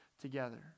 together